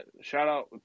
shout-out